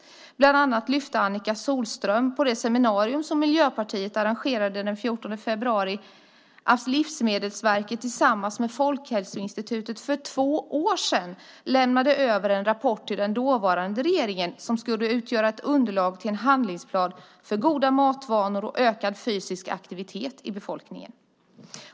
Bland annat lyfte Annica Sohlström upp, på det seminarium som Miljöpartiet arrangerade den 14 februari, att Livsmedelsverket tillsammans med Folkhälsoinstitutet för två år sedan lämnade över en rapport till den dåvarande regeringen som skulle utgöra ett underlag till en handlingsplan för goda matvanor och ökad fysisk aktivitet i befolkningen.